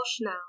now